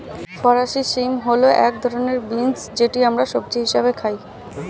ফরাসি শিম হল এক ধরনের বিন্স যেটি আমরা সবজি হিসেবে খাই